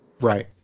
right